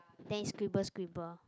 then scribble scribble